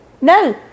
No